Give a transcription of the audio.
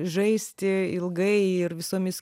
žaisti ilgai ir visomis